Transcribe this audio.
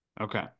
Okay